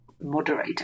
moderator